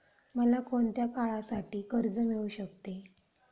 मला कोणत्या काळासाठी कर्ज मिळू शकते?